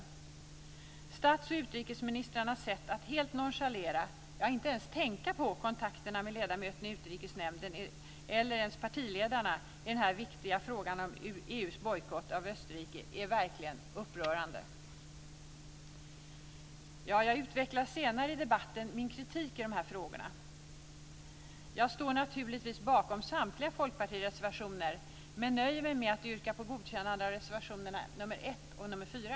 Statsministerns och utrikesministerns sätt att helt nonchalera, ja inte ens tänka på kontakterna med ledamöterna i Utrikesnämnden eller ens partiledarna i den här viktiga frågan om EU:s bojkott av Österrike är verkligen upprörande. Jag utvecklar senare i debatten min kritik i de här frågorna. Jag står naturligtvis bakom samtliga Folkpartireservationer, men nöjer mig med att yrka på godkännande av anmälan i reservationerna 1 och 4.